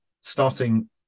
starting